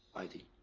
id.